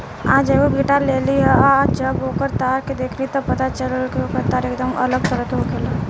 आज एगो गिटार लेनी ह आ जब ओकर तार देखनी त पता चलल कि ओकर तार एकदम अलग तरह के होखेला